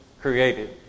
created